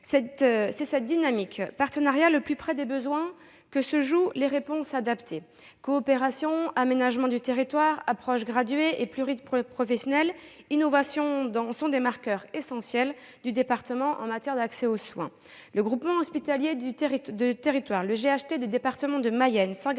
de cette dynamique partenariale, au plus près des besoins, que les réponses sont les plus adaptées. Coopération, aménagement du territoire, approche graduée et pluriprofessionnelle, innovation sont des marqueurs essentiels du département en matière d'accès aux soins. Le groupement hospitalier de territoire du département de la Mayenne,